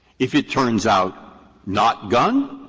if it turns out not gun,